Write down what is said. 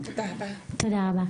תודה רבה.